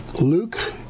Luke